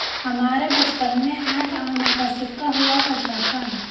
हमारे बचपन में आठ आने का सिक्का हुआ करता था